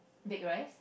bake rice